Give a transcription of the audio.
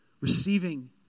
Receiving